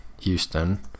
Houston